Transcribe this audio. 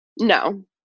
No